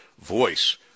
voice